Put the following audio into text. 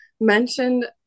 mentioned